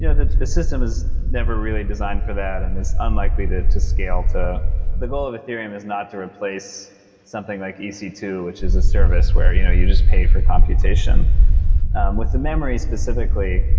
you know the the system is never really designed for that and is unlikely to scale to the goal of ethereum is not to replace something like e c two, which is a service where you know you just pay for computation with the memory specifically,